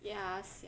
ya sia